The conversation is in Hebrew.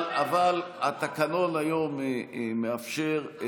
אבל התקנון היום מאפשר,